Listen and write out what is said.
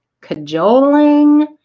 cajoling